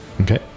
Okay